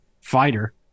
fighter